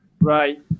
Right